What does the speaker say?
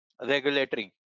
regulatory